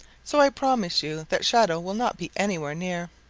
so i promise you that shadow will not be anywhere near.